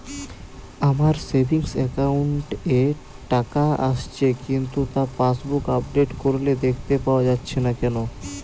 আমার savings account এ টাকা আসছে কিন্তু তা পাসবুক আপডেট করলে দেখতে পাওয়া যাচ্ছে না কেন?